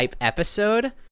episode